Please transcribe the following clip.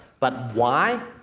but why,